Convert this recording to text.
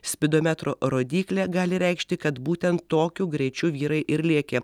spidometro rodyklė gali reikšti kad būtent tokiu greičiu vyrai ir lėkė